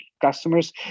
customers